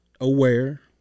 aware